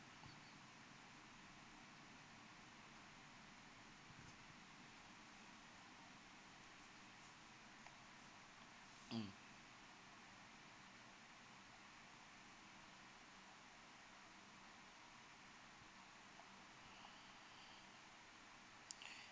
mm